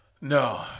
No